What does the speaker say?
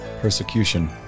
persecution